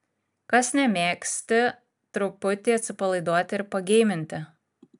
kas nemėgsti truputį atsipalaiduoti ir pageiminti